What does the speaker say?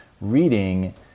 reading